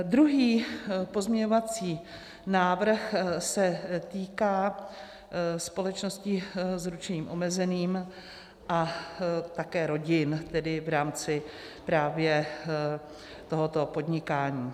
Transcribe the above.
Druhý pozměňovací návrh se týká společností s ručením omezeným a také rodin, tedy v rámci právě tohoto podnikání.